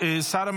חברת הכנסת שטרית.